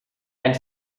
ein